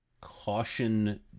caution